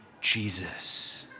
Jesus